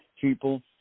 people